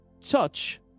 touch